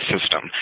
system